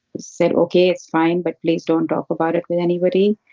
said, okay, it's fine, but please don't talk about it with anybody.